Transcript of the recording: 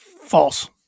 False